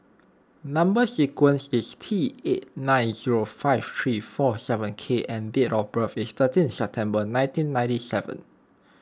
Number Sequence is T eight nine zero five three four seven K and date of birth is thirteenth September nineteen ninety seven